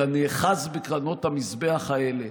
אלא נאחז בקרנות המזבח האלה.